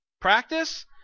practice